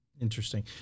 Interesting